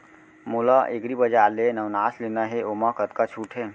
मोला एग्रीबजार ले नवनास लेना हे ओमा कतका छूट हे?